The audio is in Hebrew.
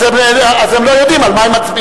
אז הם לא יודעים על מה הם מצביעים.